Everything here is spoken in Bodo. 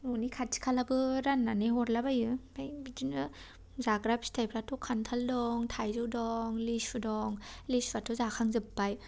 न'नि खाथि खालाबो राननानै हरला बायो ओमफ्राय बिदिनो जाग्रा फिथाइफ्राथ' खान्थाल दं थाइजौ दं लेसु दं लेसुआथ' जाखांजोबबाय